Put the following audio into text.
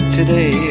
today